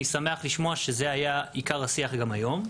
שמח לשמוע שזה היה עיקר השיח גם היום,